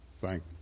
thank